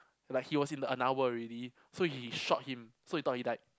like he was in an hour already so he shot him so he thought he died